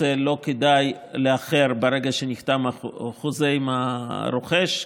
עושה שלא כדאי לאחר ברגע שנחתם החוזה עם הרוכש,